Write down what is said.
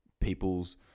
people's